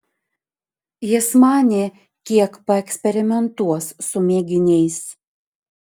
jis manė kiek paeksperimentuos su mėginiais